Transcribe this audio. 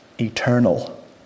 eternal